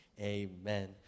Amen